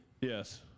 Yes